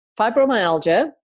fibromyalgia